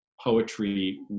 poetry